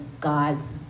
God's